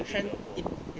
in the world